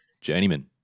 Journeyman